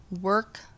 work